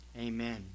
Amen